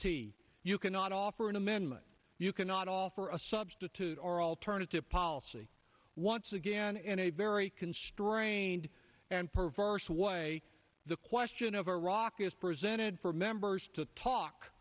t you cannot offer an amendment you cannot offer a substitute or alternative policy once again in a very constrained and perverse way the question of iraq is presented for members to talk